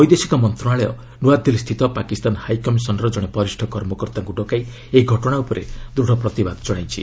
ବୈଦେଶିକ ମନ୍ତ୍ରଣାଳୟ ନ୍ତଆଦିଲ୍ଲୀ ସ୍ଥିତ ପାକିସ୍ତାନ ହାଇକମିଶନ୍ ର ଜଣେ ବରିଷ୍ଠ କର୍ମକର୍ତ୍ତାଙ୍କୁ ଡକାଇ ଏହି ଘଟଣା ଉପରେ ଦୂଢ଼ ପ୍ରତିବାଦ ଜଣାଇଛି